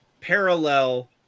parallel